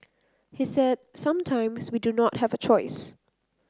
he said sometimes we do not have a choice